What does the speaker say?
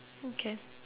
okay